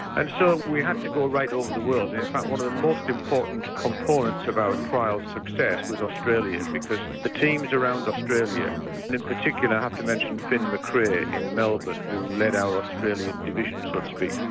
and so we had to go right over the world, in fact one of the most important components of our trial's success was australia because the teams around australia, and in particular i have to mention fin macrae in melbourne who led our australian division so to speak,